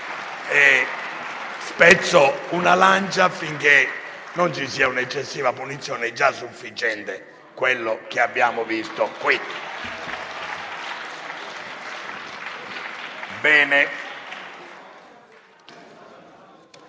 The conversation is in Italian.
Spezzo una lancia affinché non ci sia un'eccessiva punizione, essendo già sufficiente quello che abbiamo visto qui.